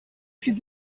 plus